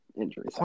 injuries